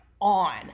On